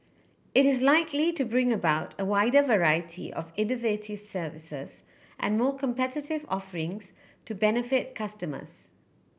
it is likely to bring about a wider variety of innovative services and more competitive offerings to benefit customers